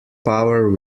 power